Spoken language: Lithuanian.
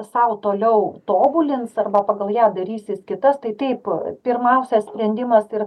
sau toliau tobulins arba pagal ją darysis kitas tai taip pirmausias sprendimas ir